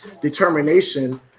determination